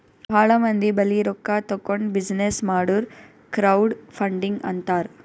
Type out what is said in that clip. ಭಾಳ ಮಂದಿ ಬಲ್ಲಿ ರೊಕ್ಕಾ ತಗೊಂಡ್ ಬಿಸಿನ್ನೆಸ್ ಮಾಡುರ್ ಕ್ರೌಡ್ ಫಂಡಿಂಗ್ ಅಂತಾರ್